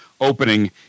opening